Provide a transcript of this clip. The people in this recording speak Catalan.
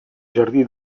jardí